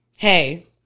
Hey